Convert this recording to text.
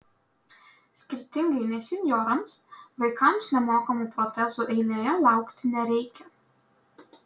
skirtingai nei senjorams vaikams nemokamų protezų eilėje laukti nereikia